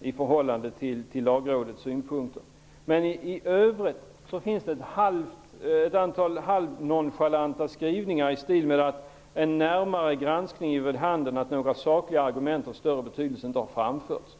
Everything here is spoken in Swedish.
i förhållande till Lagrådets synpunkter. Men i övrigt finns det antal halvnonchalanta skrivningar om exempelvis den valda lagstiftningstekniken: ''En närmare granskning ger vid handen att några sakliga argument av större betydelse inte har framförts.''